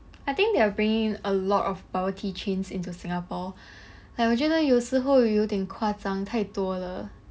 I think they're bringing in a lot of bubble tea chains into singapore like 我觉得有时候有点夸张太多了